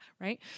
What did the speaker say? right